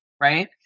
right